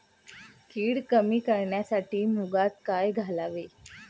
कीड कमी करण्यासाठी मुगात काय घालावे?